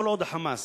כל עוד ה"חמאס",